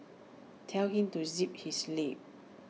tell him to zip his lip